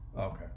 Okay